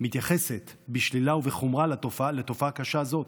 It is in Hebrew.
מתייחסת בשלילה ובחומרה לתופעה קשה זאת.